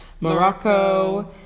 Morocco